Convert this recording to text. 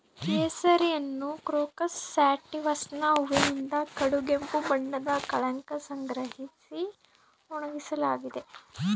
ಕೇಸರಿಯನ್ನುಕ್ರೋಕಸ್ ಸ್ಯಾಟಿವಸ್ನ ಹೂವಿನಿಂದ ಕಡುಗೆಂಪು ಬಣ್ಣದ ಕಳಂಕ ಸಂಗ್ರಹಿಸಿ ಒಣಗಿಸಲಾಗಿದೆ